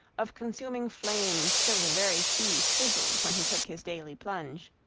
of consuming flames till the very sea sizzled when he took his daily plunge.